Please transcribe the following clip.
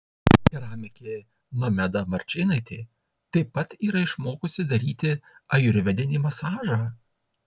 keramikė nomeda marčėnaitė taip pat yra išmokusi daryti ajurvedinį masažą